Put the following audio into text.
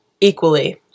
equally